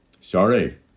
Sorry